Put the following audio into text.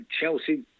Chelsea